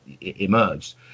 emerged